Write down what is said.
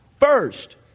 first